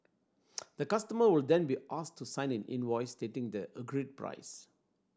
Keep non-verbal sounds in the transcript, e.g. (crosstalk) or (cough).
(noise) the customer would then be asked to sign an invoice stating the agreed price